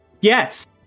Yes